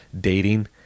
dating